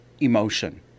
emotion